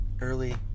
early